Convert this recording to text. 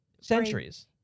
centuries